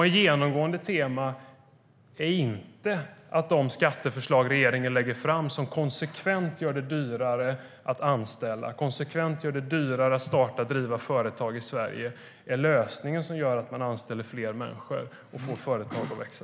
Ett genomgående tema är inte att de skatteförslag som regeringen lägger fram, som konsekvent gör det dyrare att anställa och konsekvent gör det dyrare att starta och driva företag i Sverige, är den lösning som gör att man anställer fler människor och får företag att växa.